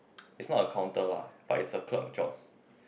is not a counter la but it's a clerk job